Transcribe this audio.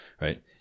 right